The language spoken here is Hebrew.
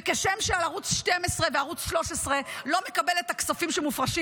וכשם שערוץ 12 וערוץ 13 לא מקבלים את הכספים שמופרשים